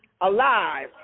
alive